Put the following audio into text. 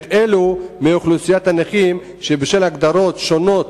אלו מאוכלוסיית הנכים שבשל הגדרות שונות